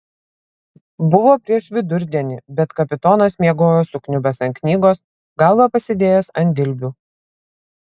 buvo prieš vidurdienį bet kapitonas miegojo sukniubęs ant knygos galvą pasidėjęs ant dilbių